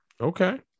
Okay